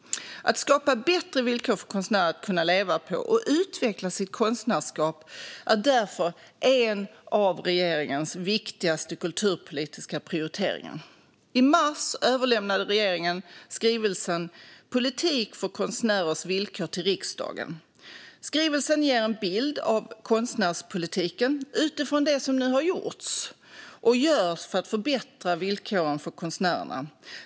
Att skapa bättre villkor för konstnärer att kunna leva på och utveckla sitt konstnärskap är därför en av regeringens viktigaste kulturpolitiska prioriteringar.I mars överlämnade regeringen skrivelsen Politik för konstnärers villkor till riksdagen. Skrivelsen ger en bild av konstnärspolitiken utifrån det som nu har gjorts och görs för att förbättra villkoren för konstnärerna.